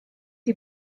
die